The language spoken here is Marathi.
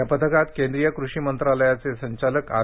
या पथकात केंद्रीय कृषी मंत्रालयाचे संचालक आर